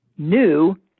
new